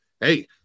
Hey